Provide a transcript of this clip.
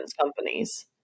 companies